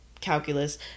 calculus